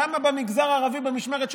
כמה במגזר הערבי במשמרת שלו,